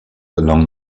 along